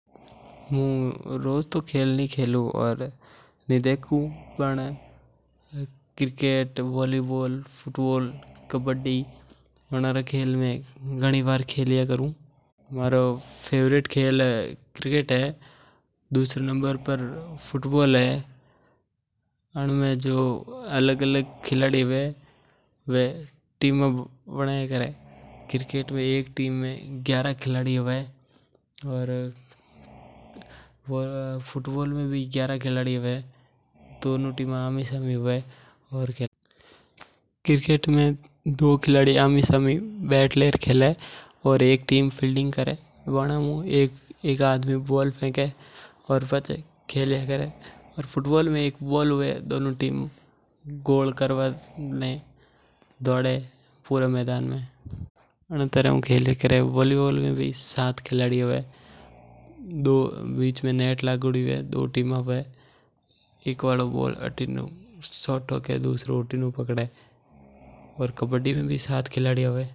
मू तो खेल नी देखु और नी खेलु पर क्रिकेट वॉलीबॉल फुटबॉल कबड्डी ए खेल मे घणी वार खेलु और देखु। म्हारो फेवरेट खेल क्रिकेट है दुसरो नंबर पर फुटबॉल है अणमे एक टीम एगारह खिलाड़ी हवे। क्रिकेट में दो जण बल्लेबाजी करे और सामण वाली टीम फिल्डिंग करे वाणा में एक जण बॉलिंग करे। फुटबॉल में दोनों टीम गोल करवां ने मैदान में आम सामने खेले।